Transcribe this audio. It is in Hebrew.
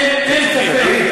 אין ספק.